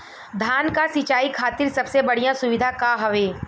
धान क सिंचाई खातिर सबसे बढ़ियां सुविधा का हवे?